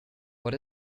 what